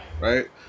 right